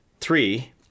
three